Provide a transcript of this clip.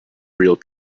real